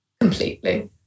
completely